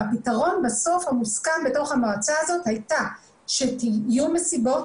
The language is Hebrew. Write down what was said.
בסוף הפתרון המוסכם במועצה היה שיהיו מסיבות,